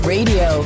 Radio